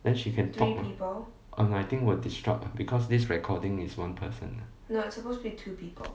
then she can talk uh I think will disrupt ah because this recording is one person